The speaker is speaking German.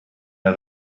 der